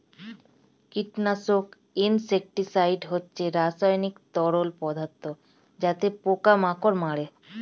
কীটনাশক ইনসেক্টিসাইড হচ্ছে রাসায়নিক তরল পদার্থ যাতে পোকা মাকড় মারে